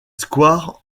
square